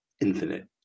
infinite